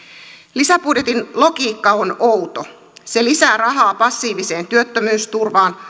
lisäbudjetin logiikka on outo se lisää rahaa passiiviseen työttömyysturvaan